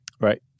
Right